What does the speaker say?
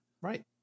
right